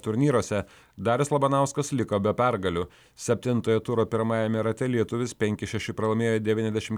turnyruose darius labanauskas liko be pergalių septintojo turo pirmajame rate lietuvis penki šeši pralaimėjo devyniasdešim